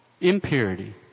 impurity